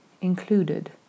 included